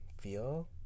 feel